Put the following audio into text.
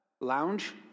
lounge